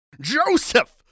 Joseph